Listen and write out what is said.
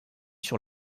sur